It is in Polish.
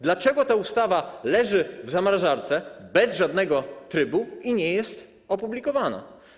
Dlaczego ta ustawa leży w zamrażarce bez żadnego trybu i nie jest opublikowana?